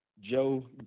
Joe